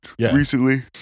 recently